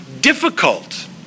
difficult